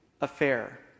affair